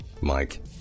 Mike